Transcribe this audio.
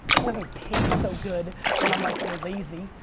it doesn't taste so good when i'm like you're lazy.